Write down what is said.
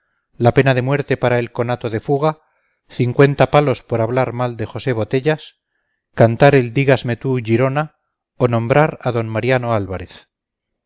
la pena de muerte para el conato de fuga cincuenta palos por hablar mal de josé botellas cantar el dígasme tú girona o nombrar a d mariano álvarez